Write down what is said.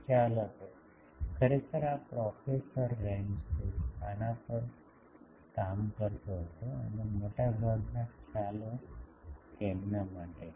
ખ્યાલ હતો ખરેખર આ પ્રોફેસર રેમ્સે આના પર કામ કરતો હતો અને મોટાભાગના ખ્યાલો તેમના માટે છે